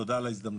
תודה על ההזדמנות.